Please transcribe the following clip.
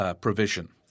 provision